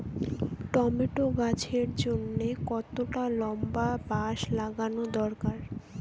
Tomato গাছের জন্যে কতটা লম্বা বাস লাগানো দরকার?